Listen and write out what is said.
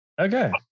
Okay